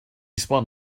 spun